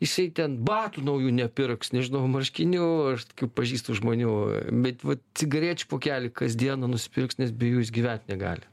jisai ten batų naujų nepirks nežinau marškinių aš pažįstu žmonių bet va cigarečių pokelį kasdieną nusipirks nes be jų jis gyvent negali